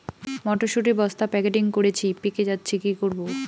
মটর শুটি বস্তা প্যাকেটিং করেছি পেকে যাচ্ছে কি করব?